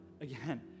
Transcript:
again